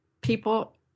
people